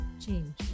change